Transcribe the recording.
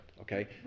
Okay